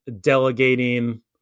delegating